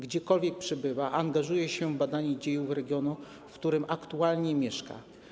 Gdziekolwiek przebywał, angażował się w badanie dziejów regionu, w którym aktualnie mieszkał.